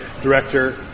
director